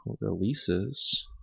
releases